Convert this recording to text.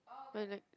but like